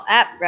app